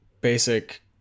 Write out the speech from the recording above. basic